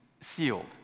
sealed